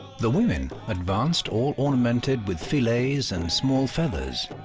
the women advanced all ornamented with fllets and small feathers,